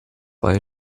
bei